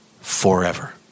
forever